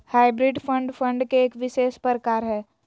hybrid fund, fund के एक विशेष प्रकार हय